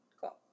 cool